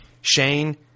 Shane